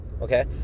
Okay